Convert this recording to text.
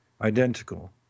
identical